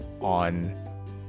on